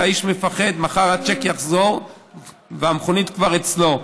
האיש מפחד: מחר הצ'ק יחזור והמכונית כבר אצלו.